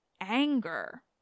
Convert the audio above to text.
anger